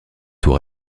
tout